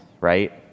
right